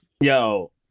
yo